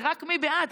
זה רק מי בעד,